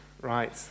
right